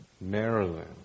maryland